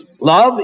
love